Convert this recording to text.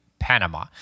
Panama